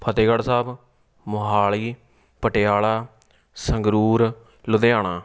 Fatehgarh Sahib Mohali Patiala Sangrur Ludhiana